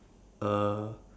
uh